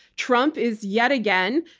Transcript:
trump is yet again,